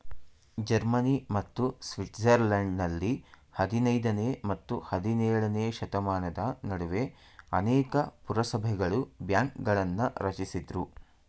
Germany ಮತ್ತು ಸ್ವಿಟ್ಜರ್ಲೆಂಡ್ನಲ್ಲಿ ಹದಿನೈದನೇ ಮತ್ತು ಹದಿನೇಳನೇಶತಮಾನದ ನಡುವೆ ಅನೇಕ ಪುರಸಭೆಗಳು ಬ್ಯಾಂಕ್ಗಳನ್ನ ರಚಿಸಿದ್ರು